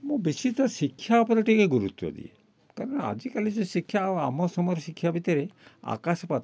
ମୁଁ ବେଶୀ ତ ଶିକ୍ଷା ଉପରେ ଟିକେ ଗୁରୁତ୍ୱ ଦିଏ କାରଣ ଆଜିକାଲି ଯେଉଁ ଶିକ୍ଷା ଆଉ ଆମ ସମୟର ଶିକ୍ଷା ଭିତରେ ଆକାଶ ପାତାଳ ତଫାତ